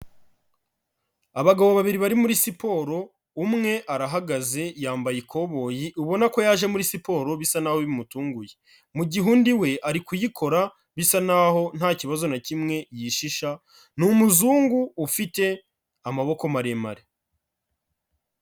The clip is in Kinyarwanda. Abagabo babiri bari muri siporo, umwe arahagaze yambaye ikoboyi ubona ko yaje muri siporo bisa n'aho bimutunguye. Mu gihe undi we ari kuyikora bisa n'aho nta kibazo na kimwe yishisha, ni umuzungu ufite amaboko maremare.